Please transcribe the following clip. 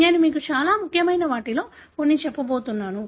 నేను మీకు చాలా ముఖ్యమైన వాటిలో కొన్ని చెప్పబోతున్నాను